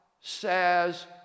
says